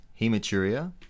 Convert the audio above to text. hematuria